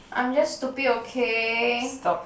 I'm just stupid okay